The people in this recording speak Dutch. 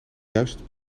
juist